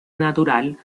natural